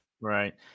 Right